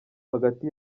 hagati